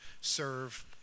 serve